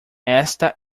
esta